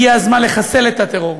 הגיע הזמן לחסל את הטרור.